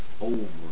over